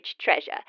treasure